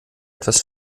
etwas